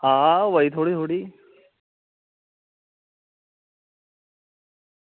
हां आवा दी थोह्ड़ी थोह्ड़ी